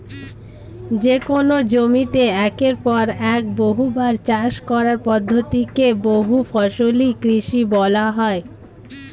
যেকোন জমিতে একের পর এক বহুবার চাষ করার পদ্ধতি কে বহুফসলি কৃষি বলা হয়